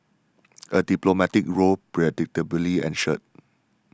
a diplomatic row predictably ensued